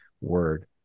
word